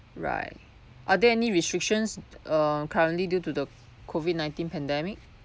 right are there any restrictions uh currently due to the COVID nineteen pandemic